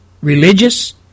religious